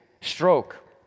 stroke